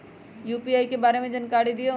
UPI के बारे में जानकारी दियौ?